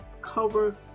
cover